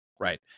Right